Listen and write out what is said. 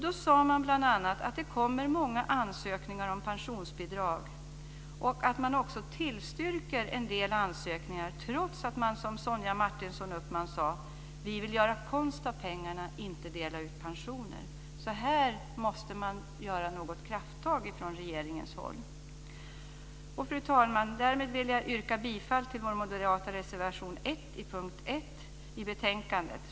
Man sade bl.a. att det kommer många ansökningar om pensionsbidrag och att man också tillstyrker en del ansökningar trots att man, som Sonja Martinsson Uppman sade, vill göra konst av pengarna, inte dela ut pensioner. Här måste man ta krafttag från regeringens håll. Fru talman! Därmed vill jag yrka bifall till vår moderata reservation nr 1, under punkt 1, i betänkandet.